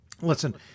Listen